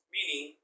Meaning